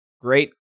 great